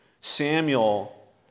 Samuel